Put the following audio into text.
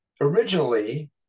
Originally